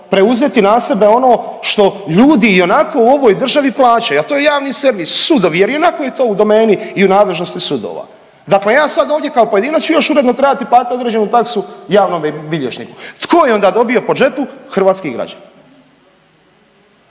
preuzeti na sebe ono što ljudi i onako u ovoj državi plaćaju, a to je javni servis, sudovi jer i onako je to u domeni i u nadležnosti sudova. Dakle, ja sad ovdje kao pojedinac ću još uredno trebati platiti određenu taksu javnome bilježniku. Tko je onda dobio po džepu? Hrvatski građani.